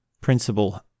principle